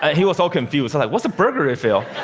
ah he was all confused, like, what's a burger refill?